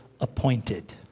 appointed